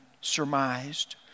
surmised